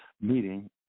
meeting